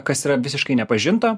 kas yra visiškai nepažinto